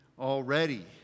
already